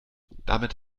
damit